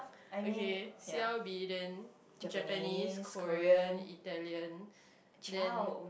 okay C_L_V then Japanese Korean Italian then